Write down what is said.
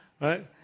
right